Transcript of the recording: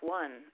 one